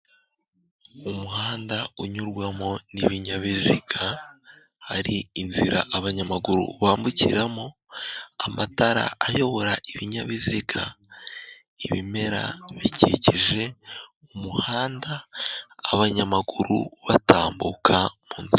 Umuhanda unyurwamo n'ibinyabiziga, hari inzira abanyamaguru bambukiramo , amatara ayobora ibinyabiziga, ibimera bikikije, umuhanda, abanyamaguru batambuka munsi.